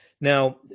Now